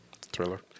Thriller